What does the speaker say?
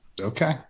okay